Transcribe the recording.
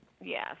Yes